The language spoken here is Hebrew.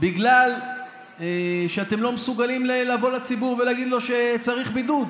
בגלל שאתם לא מסוגלים לבוא לציבור ולהגיד לו שצריך בידוד.